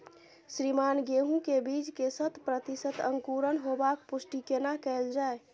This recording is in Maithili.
श्रीमान गेहूं के बीज के शत प्रतिसत अंकुरण होबाक पुष्टि केना कैल जाय?